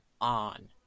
on